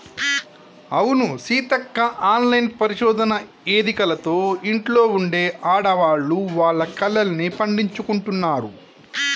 అవును సీతక్క ఆన్లైన్ పరిశోధన ఎదికలతో ఇంట్లో ఉండే ఆడవాళ్లు వాళ్ల కలల్ని పండించుకుంటున్నారు